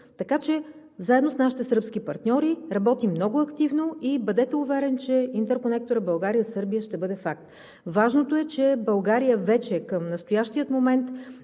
смисъл. Заедно с нашите сръбски партньори работим много активно и бъдете уверен, че интерконекторът България – Сърбия ще бъде факт. Важното е, че България към настоящия момент